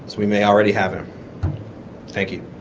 we may already have him thank you